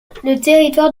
territoire